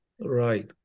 Right